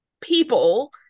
people